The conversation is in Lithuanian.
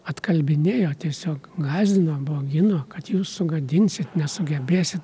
atkalbinėjo tiesiog gąsdino baugino kad jūs sugadinsit nesugebėsit